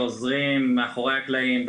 שעוזרים מאחורי הקלעים,